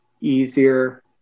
easier